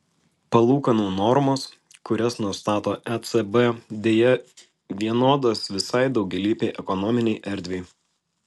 palūkanų normos kurias nustato ecb deja vienodos visai daugialypei ekonominei erdvei